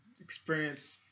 experience